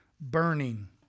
burning